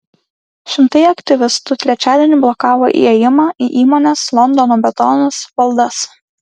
šimtai aktyvistų trečiadienį blokavo įėjimą į įmonės londono betonas valdas